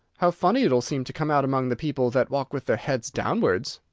how funny it'll seem to come out among the people that walk with their heads downwards!